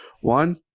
One